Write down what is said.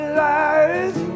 lies